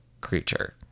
creature